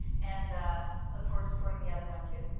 and look forward to supporting the other one, too.